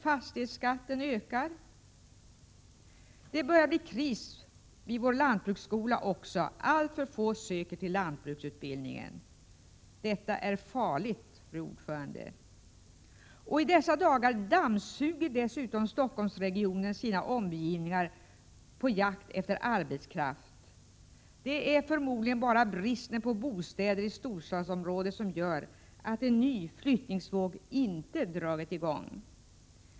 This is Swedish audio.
Fastighetsskatten ökar. Det börjar också bli kris vid vår lantbruksskola, eftersom alltför få söker till lantbruksutbildningen. Detta är farligt, fru talman. I dessa dagar dammsuger man dessutom i Stockholmsregionen sina omgivningar på jakt efter arbetskraft. Det är förmodligen bara bristen på bostäder i storstadsområdet som gör att en ny flyttningsvåg inte har dragit i gång.